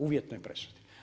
Uvjetnoj presudi.